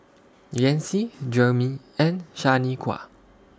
Yancy Jermey and Shaniqua